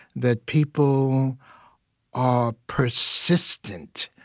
that people are persistent,